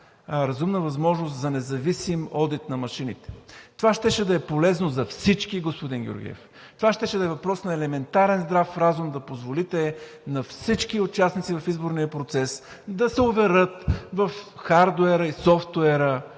разумна възможност за независим одит на машините. Това щеше да е полезно за всички, господин Георгиев, и щеше да е въпрос на елементарен здрав разум – да позволите на всички участници в изборния процес да се уверят в хардуера и софтуера